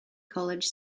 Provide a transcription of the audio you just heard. college